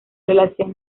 relación